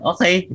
Okay